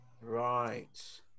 Right